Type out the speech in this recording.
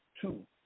two